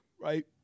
Right